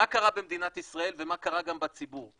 מה קרה במדינת ישראל ומה קרה גם בציבור?